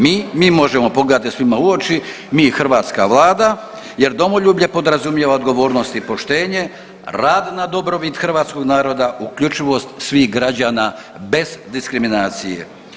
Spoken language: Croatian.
Mi, mi možemo pogledati svima u oči, mi hrvatska vlada jer domoljublje podrazumijeva odgovornost i poštenje, rad na dobrobit hrvatskog naroda, uključivost svih građana bez diskriminacije.